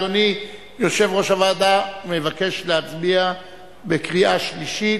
אדוני יושב-ראש הוועדה מבקש להצביע בקריאה שלישית?